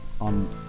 on